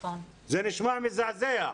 זה נשמע מזעזע.